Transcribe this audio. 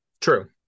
True